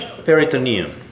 peritoneum